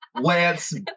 Lance